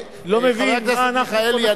חבר הכנסת מיכאלי,